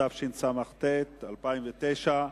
התשס"ט 2009,